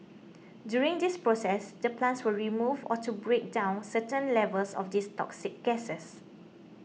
during this process the plants will remove or to break down certain levels of these toxic gases